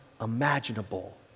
imaginable